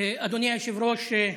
אדוני היושב-ראש,